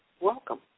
Welcome